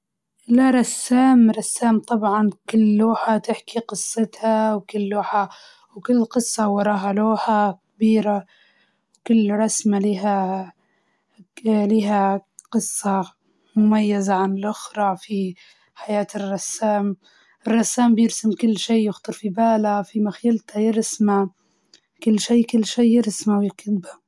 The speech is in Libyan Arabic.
رسام لإن كل لوحة تحكي قصة، وكل لوحة بألوانها تعطي شعور حلو للشخص، والألوان تشافي النظر وتشافي الروح.